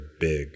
big